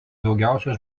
daugiausia